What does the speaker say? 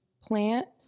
plant